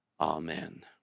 Amen